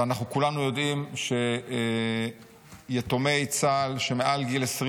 ואנחנו כולנו יודעים שיתומי צה"ל שמעל גיל 21